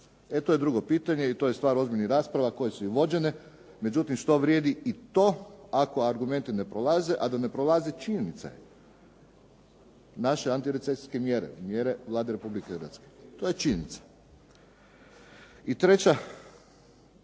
to je drugo pitanje i to je stvar ozbiljnih rasprava koje su i vođene. Međutim, što vrijedi i to ako argumenti ne prolaze, a da ne prolaze činjenice, naše antirecesijske mjere, mjere Vlade Republike Hrvatske. To je činjenica. I treća,